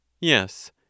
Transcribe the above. Yes